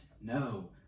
No